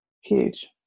huge